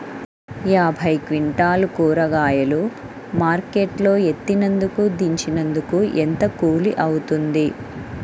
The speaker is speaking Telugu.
యాభై క్వింటాలు కూరగాయలు మార్కెట్ లో ఎత్తినందుకు, దించినందుకు ఏంత కూలి అవుతుంది?